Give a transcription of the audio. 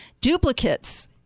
Duplicates